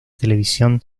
televisión